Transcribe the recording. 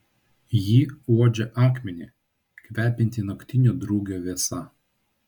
ji uodžia akmenį kvepiantį naktinio drugio vėsa